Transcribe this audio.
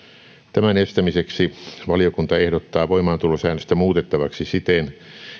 tämän estämiseksi valiokunta ehdottaa voimaantulosäännöstä muutettavaksi siten